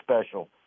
special